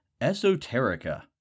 Esoterica